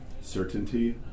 certainty